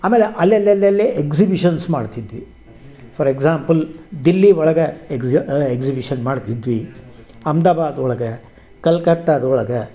ಆಮೇಲೆ ಅಲ್ಲಲ್ಲಿ ಅಲ್ಲಲ್ಲಿ ಎಗ್ಸಿಬಿಷನ್ಸ್ ಮಾಡ್ತಿದ್ವಿ ಫಾರ್ ಎಕ್ಸಾಂಪಲ್ ದಿಲ್ಲಿ ಒಳಗೆ ಎಗ್ಸಿ ಎಗ್ಸಿಬಿಷನ್ ಮಾಡ್ತಿದ್ವಿ ಅಹಮದಾಬಾದ್ ಒಳ್ಗೆ ಕಲ್ಕತ್ತಾದೊಳಗೆ